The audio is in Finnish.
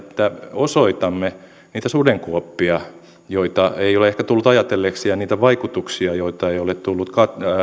osoitamme niitä sudenkuoppia joita ei ole ehkä tultu ajatelleeksi ja niitä vaikutuksia joita ei ole tultu